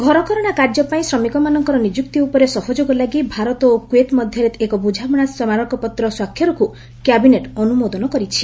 ଘରକରଣା କାର୍ଯ୍ୟ ପାଇଁ ଶ୍ରମିକମାନଙ୍କର ନିଯୁକ୍ତି ଉପରେ ସହଯୋଗ ଲାଗି ଭାରତ ଓ କୁଏତ ମଧ୍ୟରେ ଏକ ବୁଝାମଣା ସ୍କାରକପତ୍ର ସ୍ୱାକ୍ଷରକୁ କ୍ୟାବିନେଟ ଅନୁମୋଦନ କରିଛି